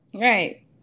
Right